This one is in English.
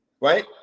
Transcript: right